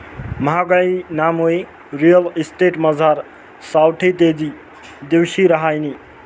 म्हागाईनामुये रिअल इस्टेटमझार सावठी तेजी दिवशी रहायनी